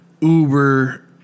Uber